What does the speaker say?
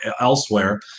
elsewhere